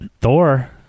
Thor